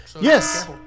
yes